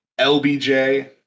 LBJ